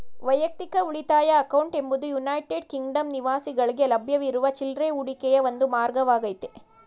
ವೈಯಕ್ತಿಕ ಉಳಿತಾಯ ಅಕೌಂಟ್ ಎಂಬುದು ಯುನೈಟೆಡ್ ಕಿಂಗ್ಡಮ್ ನಿವಾಸಿಗಳ್ಗೆ ಲಭ್ಯವಿರುವ ಚಿಲ್ರೆ ಹೂಡಿಕೆಯ ಒಂದು ಮಾರ್ಗವಾಗೈತೆ